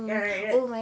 ya right right